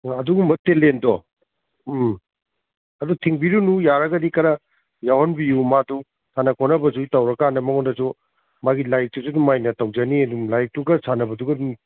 ꯑꯥ ꯑꯗꯨꯒꯨꯝꯕ ꯇꯦꯂꯦꯟꯗꯣ ꯎꯝ ꯑꯗꯨ ꯊꯤꯡꯕꯤꯔꯨꯅꯨ ꯌꯥꯔꯒꯗꯤ ꯈꯔ ꯌꯥꯎꯍꯟꯕꯤꯌꯨ ꯃꯥꯗꯨ ꯁꯥꯟꯅ ꯈꯣꯠꯅꯕꯁꯤ ꯇꯧꯔ ꯀꯥꯟꯗ ꯃꯉꯣꯟꯗꯁꯨ ꯃꯍꯥꯛꯀꯤ ꯂꯥꯏꯔꯤꯛꯇꯁꯨ ꯑꯗꯨꯝ ꯃꯥꯏꯅ ꯇꯧꯖꯅꯤ ꯑꯗꯨꯝ ꯂꯥꯏꯔꯤꯛꯇꯨꯒ ꯁꯥꯟꯅꯕꯗꯨꯒ ꯑꯗꯨꯝ